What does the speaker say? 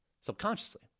subconsciously